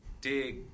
dig –